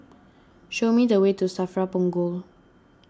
show me the way to Safra Punggol